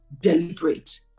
deliberate